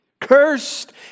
Cursed